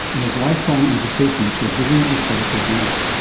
and has lifelong implications for vision and quality of life.